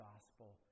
Gospel